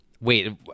Wait